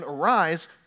Arise